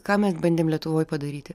ką mes bandėm lietuvoj padaryti